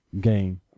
game